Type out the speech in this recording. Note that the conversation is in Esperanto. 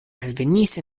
alvenis